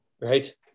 right